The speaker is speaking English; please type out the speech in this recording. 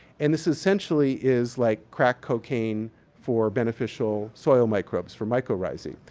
and this essentially is like crack-cocaine for beneficial soil microbes, for mycorrhizal.